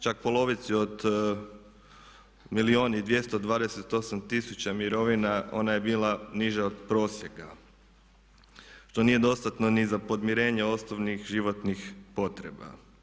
Čak polovici od milijun i 228 tisuća mirovina ona je bila niža od prosjeka što nije dostatno ni za podmirenje osnovnih životnih potreba.